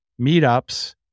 meetups